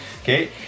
Okay